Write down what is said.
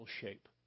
shape